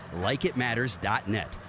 LikeItMatters.net